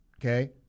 Okay